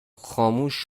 خاموش